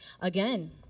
again